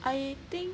I think